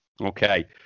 Okay